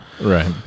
Right